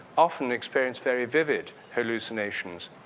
often experience very vivid hallucinations.